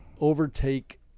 overtake